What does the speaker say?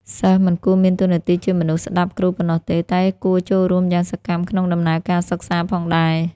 សិស្សមិនគួរមានតួនាទីជាមនុស្សស្ដាប់គ្រូប៉ុណ្ណោះទេ តែគួរចូលរួមយ៉ាងសកម្មក្នុងដំណើរការសិក្សាផងដែរ។